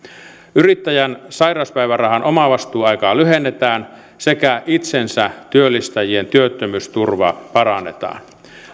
yrittäjän sairauspäivärahan omavastuuaikaa lyhennetään sekä itsensätyöllistäjien työttömyysturvaa parannetaan